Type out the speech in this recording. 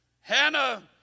Hannah